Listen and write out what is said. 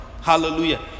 Hallelujah